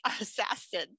assassin